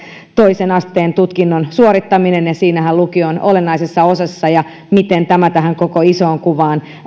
toisen asteen tutkinnon suorittaminen ja siinähän lukio on olennaisessa osassa miten tämä tähän koko isoon kuvaan